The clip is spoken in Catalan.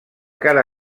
cara